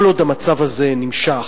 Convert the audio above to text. כל עוד המצב הזה נמשך,